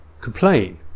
Complain